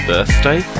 Birthday